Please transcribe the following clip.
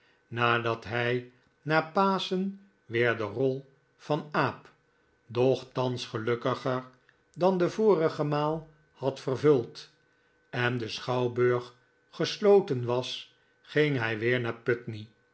nadat hij na paschen weer de rol van aap doch thans gelukkiger dan de vorige maal had vervuld en de schouwburg gesloten was ging hij weer naar putney